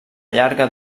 llarga